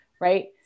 right